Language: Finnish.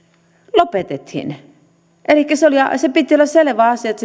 lopetettiin elikkä kun sen piti olla selvä asia että